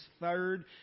third